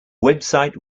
website